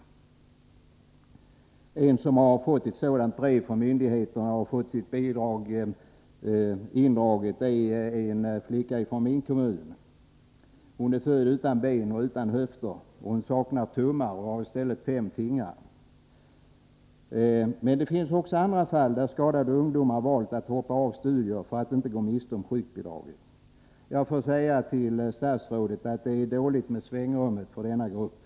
161 En som har fått ett sådant brev från myndigheterna och som har fått sitt bidrag indraget är en flicka ifrån min kommun. Hon är född utan ben och höfter. Hon saknar tummar och har i stället fem fingrar på vardera handen. Men det finns också andra fall där skadade ungdomar valt att hoppa av studier för att inte gå miste om sjukbidraget. Jag måste säga till statsrådet att det är dåligt med svängrummet för denna grupp.